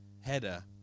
header